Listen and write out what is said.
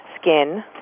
skin